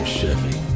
Chevy